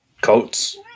Coats